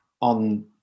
on